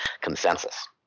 consensus